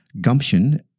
Gumption